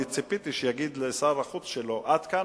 אני ציפיתי שיגיד לשר החוץ שלו: עד כאן,